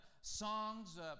songs